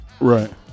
right